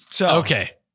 Okay